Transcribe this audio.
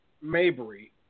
Mabry